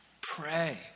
Pray